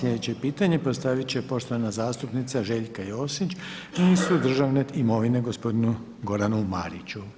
Sljedeće pitanje postaviti će poštovana zastupnica Željka Josić ministru državne imovine, gospodinu Goranu Mariću.